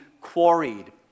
quarried